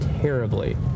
terribly